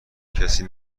کسی